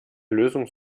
lösung